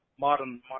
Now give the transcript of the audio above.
modern